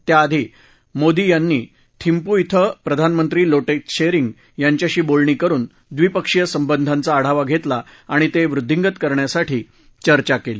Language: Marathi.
त्याआधी मोदी यांनी थिम्पू इथं भूतानचे प्रधानमंत्री लोटे त्शेरिंग यांच्याशी बोलणी करुन द्विपक्षीय संबंधाचा आढावा घेतला आणि ते वृद्धिंगत करण्यासाठी चर्चा केली